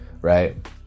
right